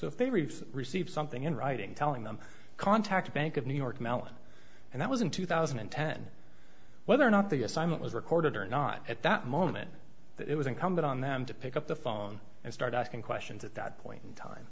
we've received something in writing telling them contact bank of new york mellon and that was in two thousand and ten whether or not the assignment was recorded or not at that moment it was incumbent on them to pick up the phone and start asking questions at that point in time